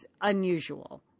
unusual